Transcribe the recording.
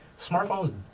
smartphones